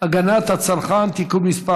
הגנת הצרכן (תיקון מס'